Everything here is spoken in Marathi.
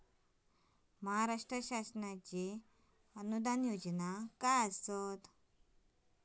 महाराष्ट्र शासनाचो अनुदान योजना काय आसत?